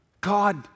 God